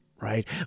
right